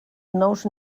nous